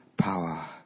power